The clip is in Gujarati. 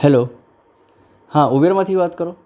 હેલો હા ઉબેરમાંથી વાત કરો